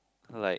like